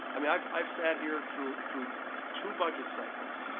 i mean i've i've sat here through through two budget cycles.